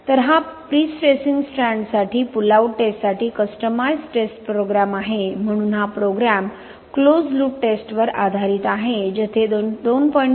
तर हा प्रीस्ट्रेसिंग स्ट्रँड्ससाठी पुल आउट टेस्टसाठी कस्टमाईज्ड टेस्ट प्रोग्रॅम आहे म्हणून हा प्रोग्राम क्लोज लूप टेस्टवर आधारित आहे जेथे 2